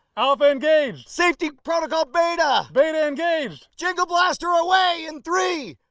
alpha engaged safety protocol beta! beta engaged! jingle blaster away in three,